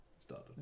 started